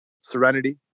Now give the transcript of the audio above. serenity